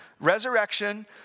resurrection